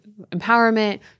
empowerment